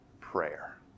prayer